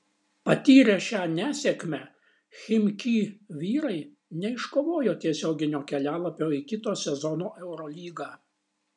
patyrę šią nesėkmę chimki vyrai neiškovojo tiesioginio kelialapio į kito sezono eurolygą